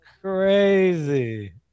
crazy